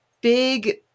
big